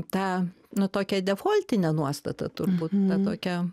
tą nu tokią defoltinę nuostatą turbūt tą tokią